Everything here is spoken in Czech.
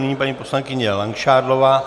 Nyní paní poslankyně Langšádlová.